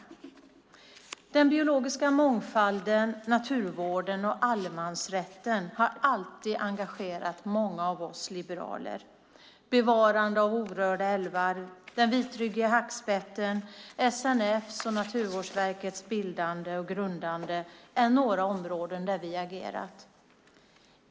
Den biologiska mångfalden, naturvården och allemansrätten har alltid engagerat många av oss liberaler. Bevarande av orörda älvar, den vitryggiga hackspetten, SNF:s och Naturvårdsverkets bildande och grundande är några områden där vi har agerat.